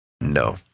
No